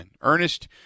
Ernest